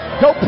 go